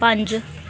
पंज